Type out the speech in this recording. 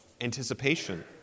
anticipation